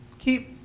Keep